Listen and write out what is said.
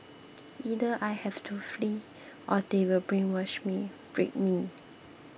either I have to flee or they will brainwash me break me